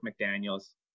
McDaniel's